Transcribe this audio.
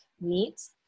meats